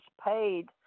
paid